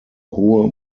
hohe